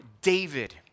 David